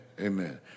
Amen